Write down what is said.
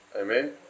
Amen